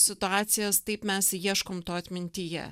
situacijas taip mes ieškom to atmintyje